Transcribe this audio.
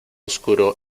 oscuro